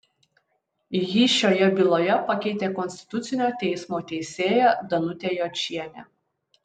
jį šioje byloje pakeitė konstitucinio teismo teisėja danutė jočienė